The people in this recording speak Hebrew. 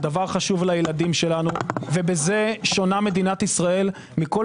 זה דבר חשוב לילדים שלנו ובזה שונה מדינת ישראל מכל